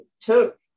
took